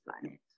planet